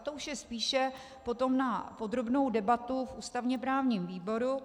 To už je spíše potom na podrobnou debatu v ústavněprávním výboru.